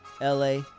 LA